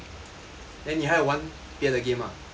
then 你还有玩别的 game mah